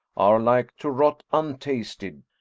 are like to rot untasted.